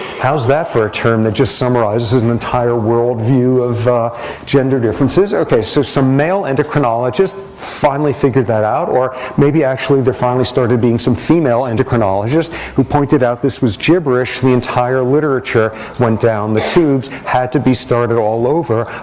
how's that for a term that just summarizes an entire worldview of gender differences? ok, so some male endocrinologist finally figured that out. or maybe actually they're finally started being some female endocrinologists who pointed out this was gibberish. the entire literature went down the tubes, had to be started all over.